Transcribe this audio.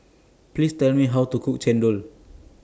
Please Tell Me How to Cook Chendol